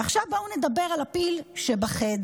ועכשיו בואו נדבר על הפיל שבחדר: